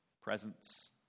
presence